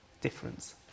difference